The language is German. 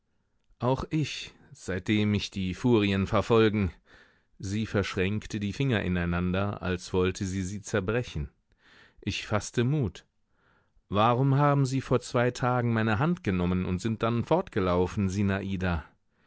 auch ich seitdem mich die furien verfolgen sie verschränkte die finger ineinander als wollte sie sie zerbrechen ich faßte mut warum haben sie vor zwei tagen meine hand genommen und sind dann fortgelaufen